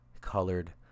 colored